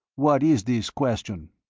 what is this question?